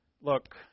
look